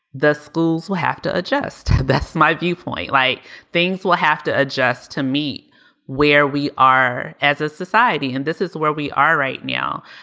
the schools will have to adjust. that's my viewpoint. like things will have to adjust to meet where we are as a society. and this is where we are right now.